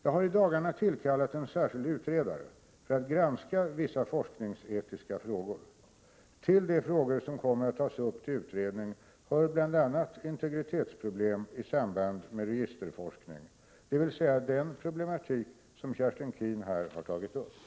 Jag har i dagarna tillkallat en särskild utredare för att granska vissa forskningsetiska frågor. Till de frågor som kommer att tas upp till utredning hör bl.a. integritetsproblem i samband med registerforskning, dvs. den problematik som Kerstin Keen här har tagit upp.